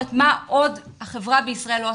הנושא של זכויות ילדים ונוער באופן כללי בישראל.